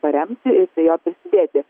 paremti ir prie jo prisidėti